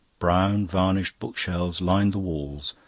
brown varnished bookshelves lined the walls,